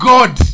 God